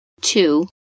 Two